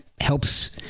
helps